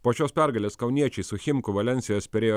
po šios pergalės kauniečiai su chimku valensijos pirėjo